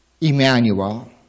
Emmanuel